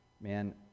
man